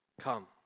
come